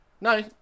No